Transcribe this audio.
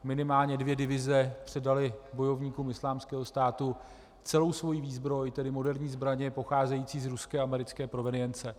Minimálně dvě divize předaly bojovníkům Islámského státu celou svoji výzbroj, tedy moderní zbraně pocházející z ruské a americké provenience.